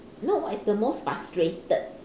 no what is the most frustrated